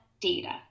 data